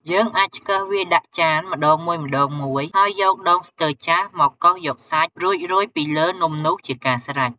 យើងអាចឆ្កឹះវាដាក់ចានម្ដងមួយៗ ហើយយកដូងស្ទើរចាស់មកកោសយកសាច់ រួចរោយពីលើនំនោះជាការស្រេច។